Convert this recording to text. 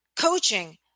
coaching